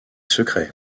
secrets